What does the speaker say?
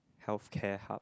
healthcare hub